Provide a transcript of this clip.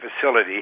facility